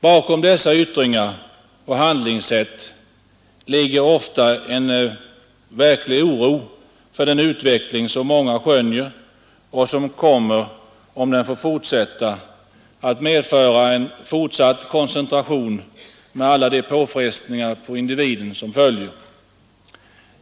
Bakom dessa yttringar och handlingssätt finns ofta en verklig oro för den utveckling som många skönjer och som, om den får gå vidare, kommer att medföra en fortsatt koncentration med alla de påfrestningar på individen som följer.